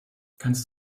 kannst